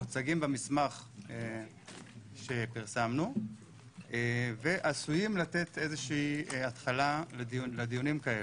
מוצגים במסמך שפרסמנו ועשויים לתת איזושהי התחלה לדיונים כאלו.